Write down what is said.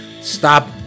stop